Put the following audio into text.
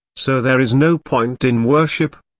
so there is no point in worship.